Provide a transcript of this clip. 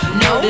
no